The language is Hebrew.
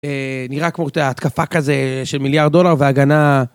נראה כמו, אתה יודע, התקפה כזה של מיליארד דולר והגנה.